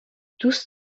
دوست